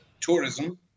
tourism